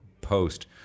post